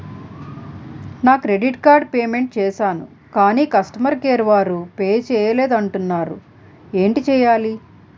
నా credit card payment చేసాను కాని కస్టమర్ కేర్ వారు పే చేయలేదు అంటున్నారు ఏంటి చేయాలి?